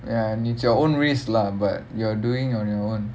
ya it's your own risk lah but you're doing on your own